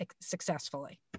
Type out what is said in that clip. successfully